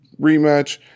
rematch